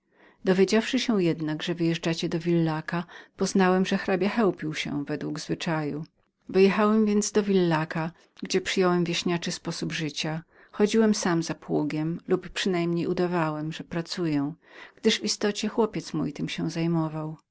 dowiedziawszy się jednak że wyjeżdżaliście do villaca poznałem że hrabia chełpił się według zwyczaju wyjechałem więc do villaca gdzie przyjąłem wieśniaczy sposób życia chodziłem sam za pługiem lub też udawałem gdyż w istocie chłopiec mój tem się zajmował